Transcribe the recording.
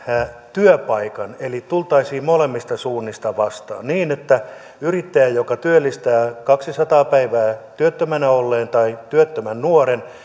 työpaikan eli tultaisiin molemmista suunnista vastaan niin että yrittäjä joka työllistää kaksisataa päivää työttömänä olleen tai työttömän nuoren